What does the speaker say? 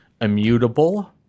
immutable